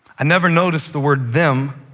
i never noticed the word them,